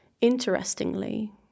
Interestingly